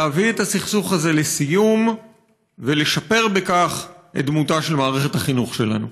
להביא את הסכסוך הזה לסיום ולשפר בכך את דמותה של מערכת החינוך שלנו.